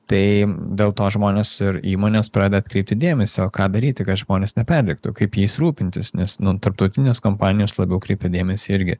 tai dėl to žmonės ir įmonės pradeda atkreipti dėmesio o ką daryti kad žmonės neperdegtų kaip jais rūpintis nes nu tarptautinės kompanijos labiau kreipia dėmesį irgi